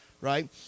right